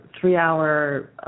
three-hour